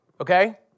okay